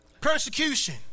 Persecution